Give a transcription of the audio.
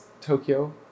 Tokyo